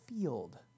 field